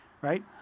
right